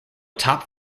top